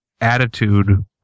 attitude